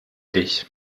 dich